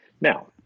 now